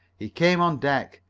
he came on deck,